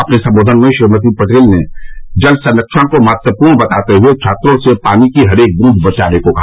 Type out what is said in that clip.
अपने संबोधन में श्रीमती पटेल ने जल संरक्षण को महत्वपूर्ण बताते हुए छात्रों से पानी की हर एक बूंद बचाने को कहा